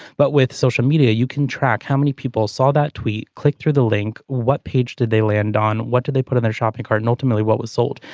but with social media you can track how many people saw that tweet click through the link. what page did they land on. what do they put in their shopping cart and ultimately what was sold.